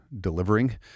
delivering